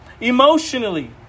emotionally